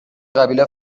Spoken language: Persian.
قبیله